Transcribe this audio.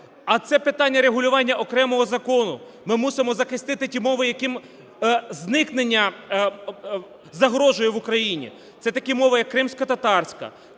а це питання регулювання окремого закону, ми мучимо захистити ті мови, яким зникнення загрожує в Україні. Це такі мови як кримськотатарська,